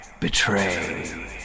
betray